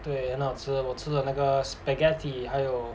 对很好吃我吃的那个 spaghetti 还有